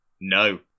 No